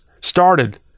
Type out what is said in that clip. started